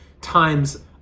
times